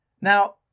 Now